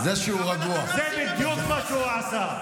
אבל אתה לא עשית מה שהוא עשה.